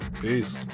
Peace